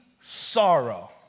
sorrow